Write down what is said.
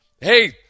Hey